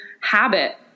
habit